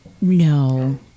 no